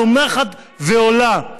צומחת ועולה.